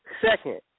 Second